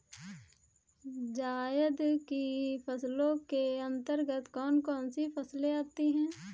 जायद की फसलों के अंतर्गत कौन कौन सी फसलें आती हैं?